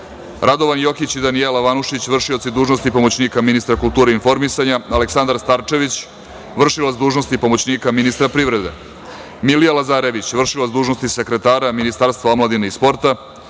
Radovan Jokić i Danijela Vanušić, vršioci dužnosti pomoćnika ministra kulture i informisanja, Aleksandar Starčević, vršilac dužnosti pomoćnika ministra privrede, Milija Lazarević, vršilac dužnosti sekretara Ministarstva omladine i sporta,